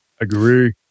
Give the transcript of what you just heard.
agree